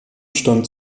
stand